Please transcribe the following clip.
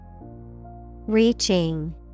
Reaching